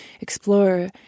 explore